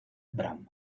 bram